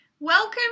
Welcome